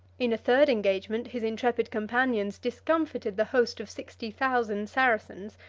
in a third engagement, his intrepid companions discomfited the host of sixty thousand saracens,